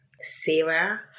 Sarah